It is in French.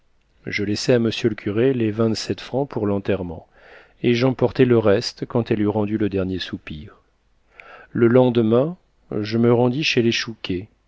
je laissai à m le curé les vingt-sept francs pour l'enterrement et j'emportai le reste quand elle eut rendu le dernier soupir le lendemain je me rendis chez les chouquet